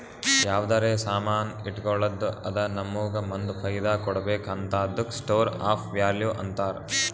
ಯಾವ್ದರೆ ಸಾಮಾನ್ ಇಟ್ಗೋಳದ್ದು ಅದು ನಮ್ಮೂಗ ಮುಂದ್ ಫೈದಾ ಕೊಡ್ಬೇಕ್ ಹಂತಾದುಕ್ಕ ಸ್ಟೋರ್ ಆಫ್ ವ್ಯಾಲೂ ಅಂತಾರ್